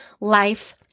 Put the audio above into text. life